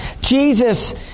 Jesus